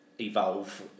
evolve